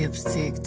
and see?